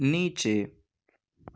نیچے